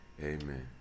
Amen